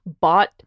bought